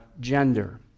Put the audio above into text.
gender